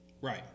Right